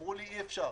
אמרו לי: אי אפשר.